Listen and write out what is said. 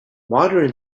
modern